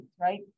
right